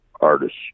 artists